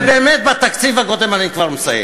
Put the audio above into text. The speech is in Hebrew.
ובאמת, בתקציב הקודם, אני כבר מסיים.